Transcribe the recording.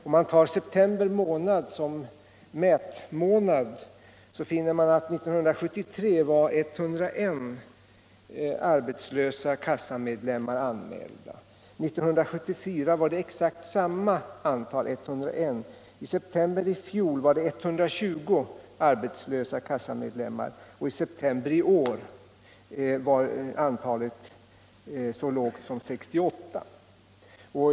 Om man tar september månad som mätmånad, finner man att det år 1973 var 101 arbetslösa kassamedlemmar anmälda och att det år 1974 var exakt samma antal, 101. I september i fjol var det 120 arbetslösa kassamedlemmar och i september i år var antalet så lågt som 68.